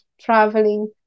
traveling